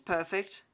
Perfect